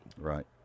right